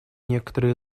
некоторые